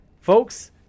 Folks